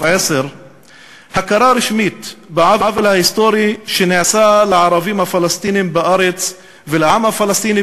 הכרה רשמית בעוול ההיסטורי שנעשה לערבים הפלסטינים בארץ ולעם הפלסטיני,